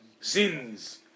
sins